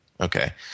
Okay